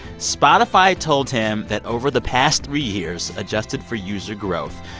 spotify told him that over the past three years, adjusted for user growth,